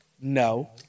No